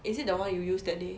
is it the one you use that day